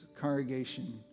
congregation